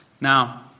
Now